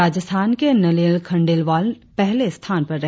राजस्थान के नलिन खंडेलवाल पहले स्थान पर रहे